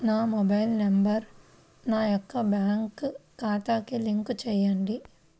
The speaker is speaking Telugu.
నా మొబైల్ నంబర్ నా యొక్క బ్యాంక్ ఖాతాకి లింక్ చేయండీ?